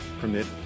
permit